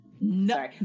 No